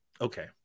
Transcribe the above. okay